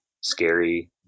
scary